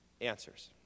answers